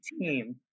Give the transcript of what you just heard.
team